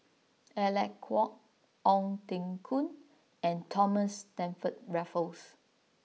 Alec Kuok Ong Teng Koon and Thomas Stamford Raffles